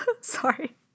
Sorry